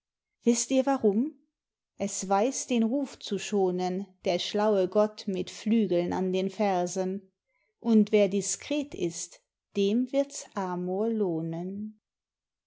wißt ihr warum es weiß den ruf zu schonen der schlaue gott mit flügeln an den fersen und wer discret ist dem wird's amor lohnen